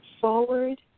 Forward